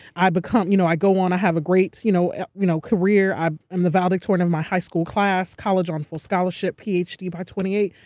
i but you know i go on, i have a great you know you know career. i'm i'm the valedictorian of my high school class, college on full scholarship, ph. d by twenty eight.